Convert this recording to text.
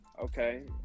Okay